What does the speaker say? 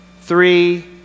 three